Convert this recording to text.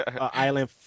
Island